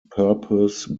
purpose